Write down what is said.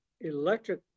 electric